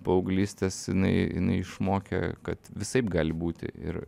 paauglystės jinai jinai išmokė kad visaip gali būti ir